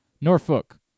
Norfolk